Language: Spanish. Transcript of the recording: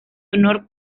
honor